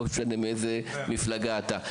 לא משנה מאיזו מפלגה אתה,